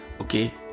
okay